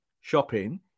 shopping